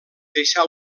deixà